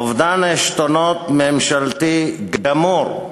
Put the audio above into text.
אובדן עשתונות ממשלתי גמור.